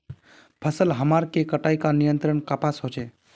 फसल हमार के कटाई का नियंत्रण कपास होचे?